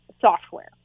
software